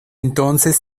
entonces